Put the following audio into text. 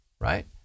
right